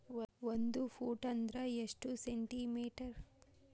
ಒಂದು ಫೂಟ್ ಅಂದ್ರ ಎಷ್ಟು ಸೆಂಟಿ ಮೇಟರ್?